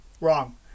Wrong